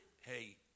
hey